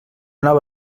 anava